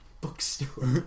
Bookstore